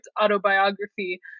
autobiography